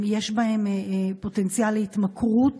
יש בהם פוטנציאל להתמכרות